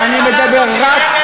אתה קשקשן.